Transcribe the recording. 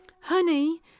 Honey